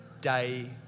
day